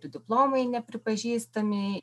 tų diplomai nepripažįstami